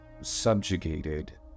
subjugated